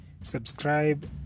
subscribe